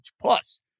Plus